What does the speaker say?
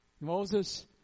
Moses